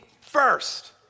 first